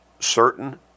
certain